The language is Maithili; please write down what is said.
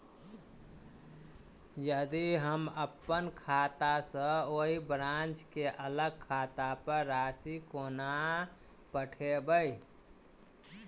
यदि हम अप्पन खाता सँ ओही ब्रांच केँ अलग खाता पर राशि कोना पठेबै?